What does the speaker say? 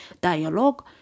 dialogue